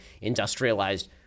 industrialized